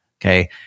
Okay